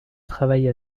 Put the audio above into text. travailla